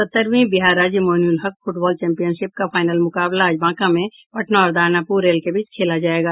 सत्तरवीं बिहार राज्य Moinulhaq football championship का फाइनल मुकाबला आज बांका में पटना और दानापुर रेल के बीच खेला जायेगा